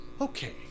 Okay